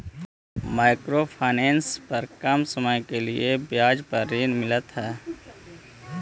micro finance पर कम समय के लिए ब्याज पर ऋण मिलऽ हई